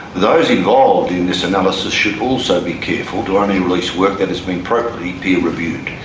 those involved in this analysis should also be careful to only release work that has been appropriately peer reviewed.